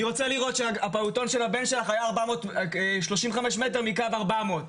אני רוצה לראות שהפעוטון של הבן שלך היה 35 מטרים מקו 400,